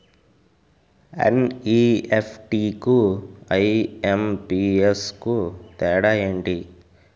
NEFT కు IMPS కు తేడా ఎంటి?